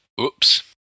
Oops